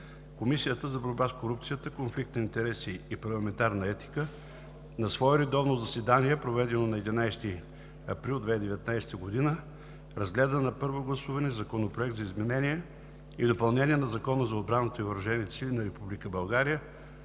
Комисията за борба с корупцията, конфликт на интереси и парламентарна етика на свое редовно заседание, проведено на 11 април 2019 г., разгледа на първо гласуване Законопроект за изменение и допълнение на Закона за отбраната и въоръжените сили на